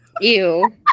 Ew